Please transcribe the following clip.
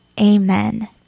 Amen